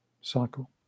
cycle